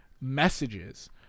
messages